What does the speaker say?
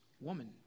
woman